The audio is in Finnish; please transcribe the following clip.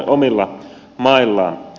herra puhemies